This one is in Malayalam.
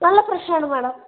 നല്ല ഫ്രഷാണ് മാഡം